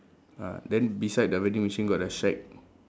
uh then beside the vending machine got the shack